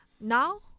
Now